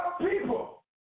people